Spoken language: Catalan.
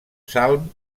salm